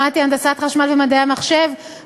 למדתי הנדסת חשמל ומדעי המחשב,